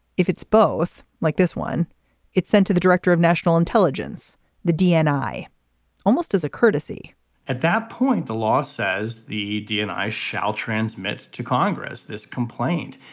if it's both like this one it's sent to the director of national intelligence the dni almost as a courtesy at that point the law says the dni shall transmit to congress this complaint.